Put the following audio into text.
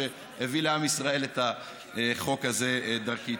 שהביא לעם ישראל את החוק הזה דרכי.